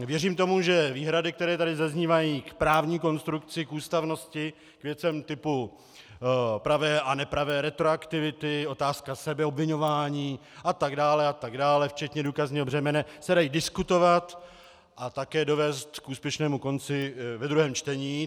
Věřím tomu, že výhrady, které tady zaznívají k právní konstrukci, k ústavnosti, k věcem typu pravé a nepravé retroaktivity, otázka sebeobviňování atd. atd., včetně důkazního břemene, se dají diskutovat a také dovést k úspěšnému konci ve druhém čtení.